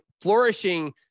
flourishing